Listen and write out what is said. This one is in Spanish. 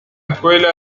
escuela